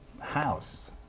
house